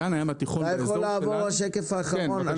אתה יכול לעבור לשקף האחרון.